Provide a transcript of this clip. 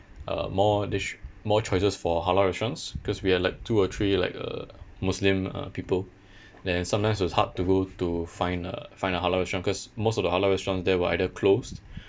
uh more dish more choices for halal restaurants because we had like two or three like uh muslim uh people then sometimes it was hard to go to find a find a halal shop because most of the halal restaurants there were either closed